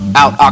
out